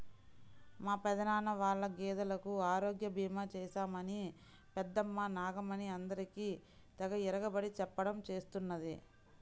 మా పెదనాన్న వాళ్ళ గేదెలకు ఆరోగ్య భీమా చేశామని పెద్దమ్మ నాగమణి అందరికీ తెగ ఇరగబడి చెప్పడం చేస్తున్నది